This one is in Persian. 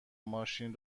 ماشین